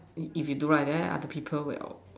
if you do like that other people will